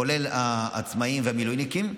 כולל העצמאים והמילואימניקים,